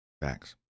Facts